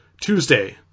Tuesday